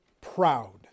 proud